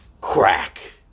crack